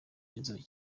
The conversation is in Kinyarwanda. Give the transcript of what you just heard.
b’inzobe